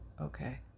Okay